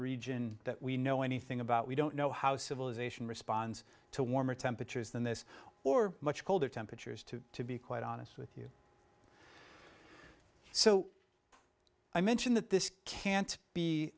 region that we know anything about we don't know how civilization responds to warmer temperatures than this or much colder temperatures to be quite honest with you so i mentioned that this can't be